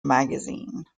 magazine